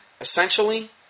essentially